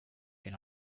been